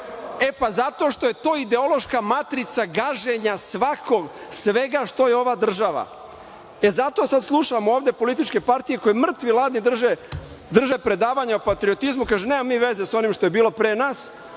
toga. Zato što je to ideološka matrica gaženja svega što je ova država. Zato sada slušamo ovde političke partije koje mrtve ladne drže predavanja o patriotizmu i kažu nemamo mi veze sa onim što je bilo pre nas,